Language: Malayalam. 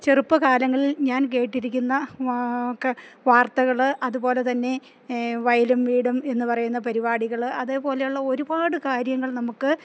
ചെറുപ്പകാലങ്ങളിൽ ഞാൻ കേട്ടിരിക്കുന്ന വാർത്തകള് അതുപോലെ തന്നെ വയലും വീടും എന്നുപറയുന്ന പരിപാടികള് അതേപോലെയുള്ള ഒരുപാട് കാര്യങ്ങൾ നമുക്ക്